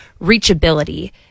reachability